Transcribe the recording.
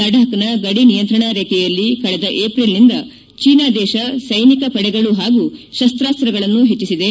ಲಡಾಬ್ನ ಗಡಿ ನಿಯಂತ್ರಣಾ ರೇಖೆಯಲ್ಲಿ ಕಳೆದ ಏಪ್ರಿಲ್ನಿಂದ ಚೀನಾ ದೇಶ ಸೈನಿಕ ಪಡೆಗಳು ಹಾಗೂ ಸಶಾಸ್ತಗಳನ್ನು ಹೆಚ್ಚುಿದೆ